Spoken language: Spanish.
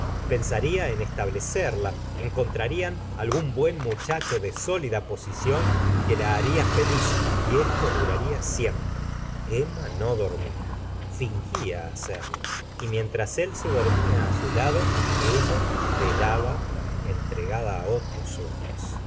pensaría en estable cerla encontrarían algún buen muchacho de sólida posición que la haría feliz y esto duraría siempre emma no dormía fingía hacerlo y mientras él se dormía á su lado ella velaba entregada á otros sueños